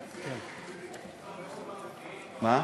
מה?